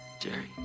Jerry